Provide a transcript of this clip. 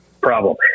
problem